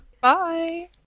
Bye